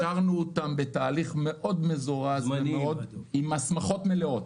הכשרנו אותם בתהליך מזורז מאוד, עם הסמכות מלאות.